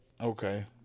Okay